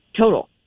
total